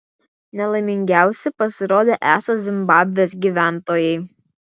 nelaimingiausi pasirodė esą zimbabvės gyventojai